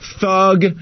thug